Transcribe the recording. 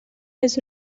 his